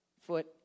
foot